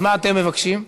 אז מה אתם מבקשים?